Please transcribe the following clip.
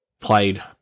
played